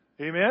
Amen